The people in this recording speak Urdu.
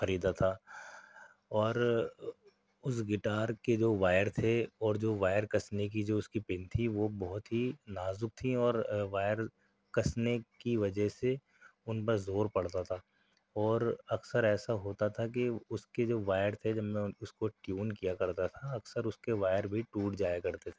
خریدا تھا اور اُس گٹار کے جو وائر تھے اور جو وائر کسنے کی جو اُس کی پن تھی وہ بہت ہی نازُک تھیں اور وائر کسنے کی وجہ سے اُن پر زور پڑتا تھا اور اکثر ایسا ہوتا تھا کہ اُس کے جو وائر تھے جب میں اُن اُس کو ٹیون کیا کرتا تھا اکثر اُس کے وائر بھی ٹوٹ جایا کرتے تھے